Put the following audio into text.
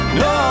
no